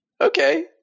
Okay